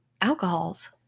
Alcohols